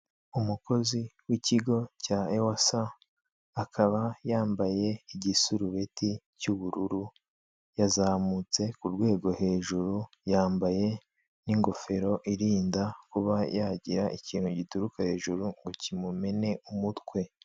Umukozi w'ikigo cya ewasa, akaba yambaye igisurubeti cy'ubururu, yazamutse ku rwego hejuru, yambaye n'ingofero irinda kuba yagira ikintu gituruka hejuru ngo kimumene umutwe.